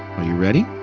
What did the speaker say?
are you ready?